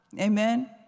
Amen